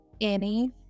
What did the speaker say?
Annie